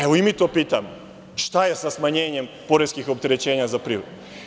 Evo, i mi to pitamo – šta je sa smanjenjem poreskih opterećenja za privredu?